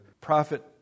prophet